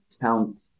count